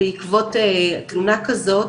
בעקבות תלונה כזאת,